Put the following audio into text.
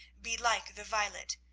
be like the violet,